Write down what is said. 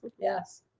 Yes